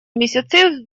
месяцы